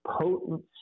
potent